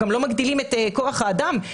גם לא מגדילים את כוח האדם,